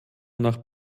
nach